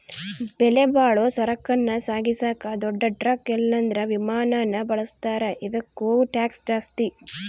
ಬೆಲೆಬಾಳೋ ಸರಕನ್ನ ಸಾಗಿಸಾಕ ದೊಡ್ ಟ್ರಕ್ ಇಲ್ಲಂದ್ರ ವಿಮಾನಾನ ಬಳುಸ್ತಾರ, ಇದುಕ್ಕ ಟ್ಯಾಕ್ಷ್ ಜಾಸ್ತಿ